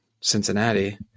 Cincinnati